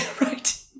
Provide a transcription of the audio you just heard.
right